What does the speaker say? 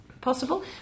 possible